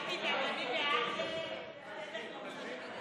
קרעי לפני סעיף 1 לא נתקבלה.